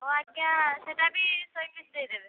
ହେଉ ଆଜ୍ଞା ସେଇଟା ବି ଶହେ ପିସ୍ ଦେଇଦେବେ